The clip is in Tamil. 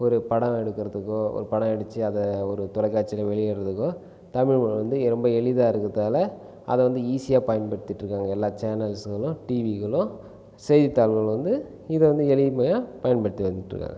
ஒரு படம் எடுக்கிறதுக்கோ ஒரு படம் நடித்து அத ஒரு தொலைக்காட்சியில் வெளியிடுறதுக்கோ தமிழ் வந்து ரொம்ப எளிதாக இருக்கதால் அதை வந்து ஈஸியாக பயன்படுத்திகிட்டு இருக்காங்க எல்லா சேனல்ஸ்களும் டிவிகளும் செய்தித்தாள்கள் வந்து இதை வந்து எளிமையாக பயன்படுத்தி வந்துகிட்டுருக்காங்க